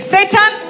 Satan